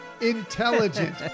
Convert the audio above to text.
intelligent